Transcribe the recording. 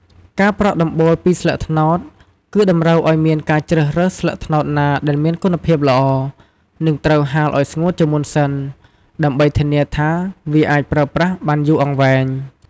ការប្រក់ដំបូលពីស្លឹកត្នោត គឺតម្រូវឲ្យមានការជ្រើសរើសស្លឹកត្នោតណាដែលមានគុណភាពល្អ និងត្រូវហាលឲ្យស្ងួតជាមុនសិន ដើម្បីធានាថាវាអាចប្រើប្រាស់បានយូរអង្វែង។